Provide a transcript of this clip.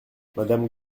madame